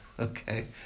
Okay